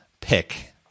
pick